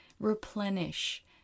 replenish